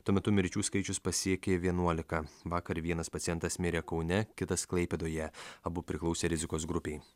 tuo metu mirčių skaičius pasiekė vienuoliką vakar vienas pacientas mirė kaune kitas klaipėdoje abu priklausė rizikos grupei